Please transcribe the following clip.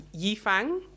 Yifang